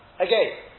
Okay